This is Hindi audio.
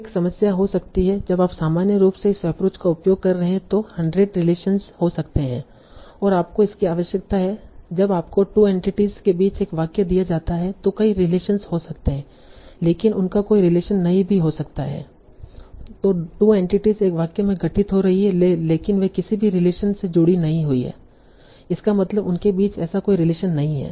अब यह एक समस्या हो सकती है जब आप सामान्य रूप से इस एप्रोच का उपयोग कर रहे हैं तो 100 रिलेशनस हो सकते हैं और आपको इसकी आवश्यकता है जब आपको 2 एंटिटीस के बीच एक वाक्य दिया जाता है तो कई रिलेशनस हो सकते हैं लेकिन उनका कोई रिलेशन नहीं भी हो सकता है तों 2 एंटिटी एक वाक्य में घटित हो रही हों लेकिन वे किसी भी रिलेशन से जुड़ी नहीं हैं Refer Time 1104 इसका मतलब उनके बीच ऐसा कोई रिलेशन नहीं है